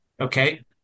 okay